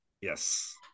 yes